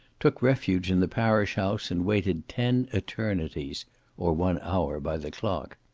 took refuge in the parish house and waited ten eternities or one hour by the clock.